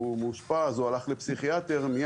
כל הפרויקט הזה, שיחד